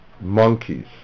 monkeys